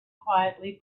quietly